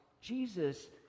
Jesus